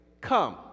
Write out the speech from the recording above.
come